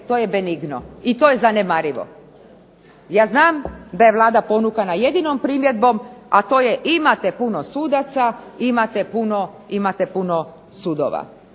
to je benigno i to je zanemarivo. Ja znam da je Vlada ponukana jedinom primjedbom, a to je imate puno sudaca, imate puno sudova.